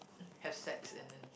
have sex and then